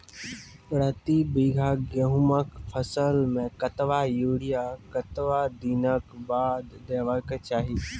प्रति बीघा गेहूँमक फसल मे कतबा यूरिया कतवा दिनऽक बाद देवाक चाही?